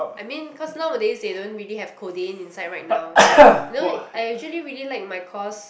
I mean cause nowadays they don't really have codeine inside right now you know I actually really like my course